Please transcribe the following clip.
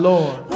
Lord